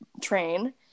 train